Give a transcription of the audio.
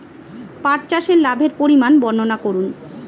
পাঠ চাষের লাভের পরিমান বর্ননা করুন?